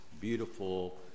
beautiful